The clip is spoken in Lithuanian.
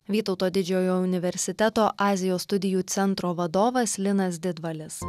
vytauto didžiojo universiteto azijos studijų centro vadovas linas didvalis